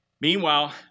Meanwhile